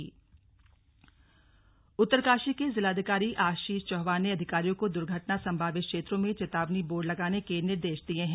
slug बैठक उत्तरकाशी उत्तरकाशी के जिलाधिकारी आशीष चौहान ने अधिकारियों को द्र्घटना संभावित क्षेत्रों में चेतावनी बोर्ड लगाने के निर्देश दिये हैं